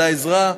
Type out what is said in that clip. על העזרה,